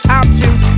options